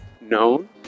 known